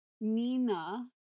Nina